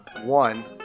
one